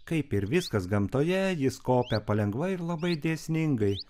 kaip ir viskas gamtoje jis kopia palengva ir labai dėsningai